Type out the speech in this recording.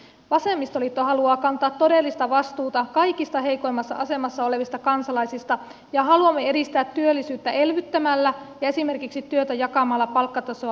vasemmistoliitto haluaa kantaa todellista vastuuta kaikista heikoimmassa asemassa olevista kansalaisista ja haluamme edistää työllisyyttä elvyttämällä ja esimerkiksi työtä jakamalla palkkatasoa laskematta